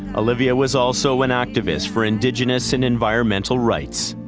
olivia was also an activist for indigenous and environmental rights.